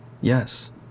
Yes